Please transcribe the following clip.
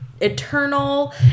eternal